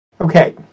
Okay